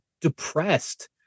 depressed